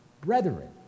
brethren